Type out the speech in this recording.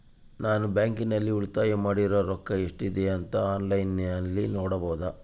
ನಾನು ಬ್ಯಾಂಕಿನಲ್ಲಿ ಉಳಿತಾಯ ಮಾಡಿರೋ ರೊಕ್ಕ ಎಷ್ಟಿದೆ ಅಂತಾ ಆನ್ಲೈನಿನಲ್ಲಿ ನೋಡಬಹುದಾ?